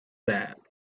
that